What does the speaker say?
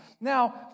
Now